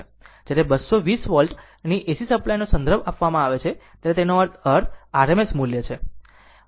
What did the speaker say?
જ્યારે 220 વોલ્ટ ની AC સપ્લાયનો સંદર્ભ આપવામાં આવે છે ત્યારે તેનો અર્થ RMS મૂલ્ય છે